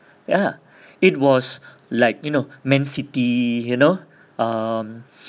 ya it was like you know man city you know um